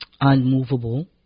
unmovable